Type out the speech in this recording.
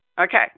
Okay